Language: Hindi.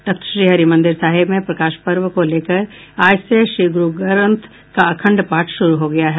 तख्तश्री हरिमंदिर साहिब में प्रकाश पर्व को लेकर आज से श्री गुरूग्रंथ का अखंड पाठ शुरू हो गया है